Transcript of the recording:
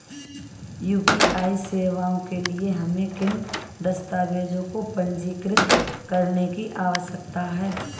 UPI सेवाओं के लिए हमें किन दस्तावेज़ों को पंजीकृत करने की आवश्यकता है?